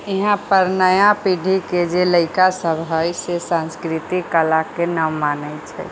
यहाँ पर नया पीढ़ी के जे लैड़का सब है से सांस्कृतिक कला के ना मानै छै